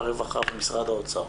הרווחה והאוצר,